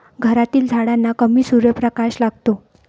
घरातील झाडांना कमी सूर्यप्रकाश लागतो